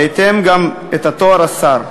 ובהתאמה גם את תואר השר.